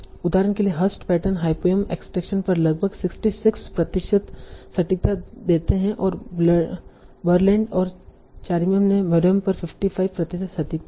उदाहरण के लिए हर्स्ट पैटर्न हायपोंयम एक्सट्रैक्शन पर लगभग 66 प्रतिशत सटीकता देते हैं और बर्लैंड और चार्मियन ने मेरोंय्म पर 55 प्रतिशत सटीकता दी